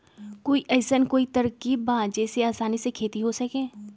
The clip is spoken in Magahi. कोई अइसन कोई तरकीब बा जेसे आसानी से खेती हो सके?